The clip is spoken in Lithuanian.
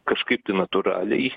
kažkaip tai natūraliai